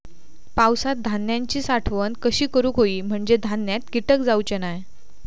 पावसात धान्यांची साठवण कशी करूक होई म्हंजे धान्यात कीटक जाउचे नाय?